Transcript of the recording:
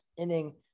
inning